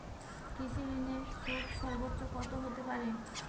কৃষিঋণের সুদ সর্বোচ্চ কত হতে পারে?